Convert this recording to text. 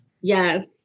Yes